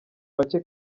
bake